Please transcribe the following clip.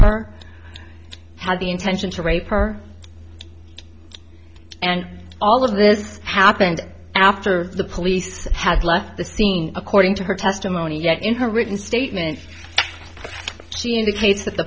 her had the intention to rape her and all of this happened after the police had left the scene according to her testimony yet in her written statement she indicates that the